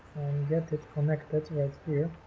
get it connected right here